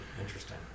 Interesting